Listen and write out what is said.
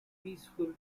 peaceful